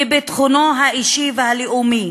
מביטחונו האישי והלאומי